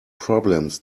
problems